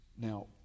Now